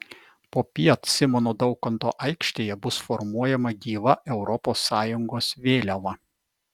popiet simono daukanto aikštėje bus formuojama gyva europos sąjungos vėliava